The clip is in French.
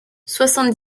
soixante